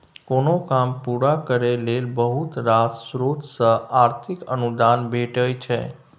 कोनो काम पूरा करय लेल बहुत रास स्रोत सँ आर्थिक अनुदान भेटय छै